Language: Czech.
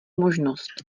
možnost